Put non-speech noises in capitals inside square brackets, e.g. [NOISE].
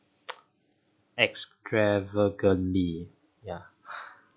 [NOISE] extravagantly ya [LAUGHS]